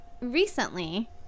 recently